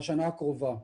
בשנה הקרובה,